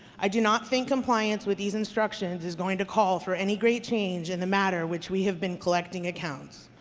i do not think compliance with these instructions is going to call for any great change in the matter in which we have been collecting accounts.